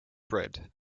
bread